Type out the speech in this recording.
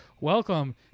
welcome